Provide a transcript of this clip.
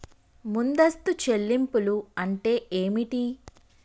ముందస్తు చెల్లింపులు అంటే ఏమిటి?